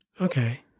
Okay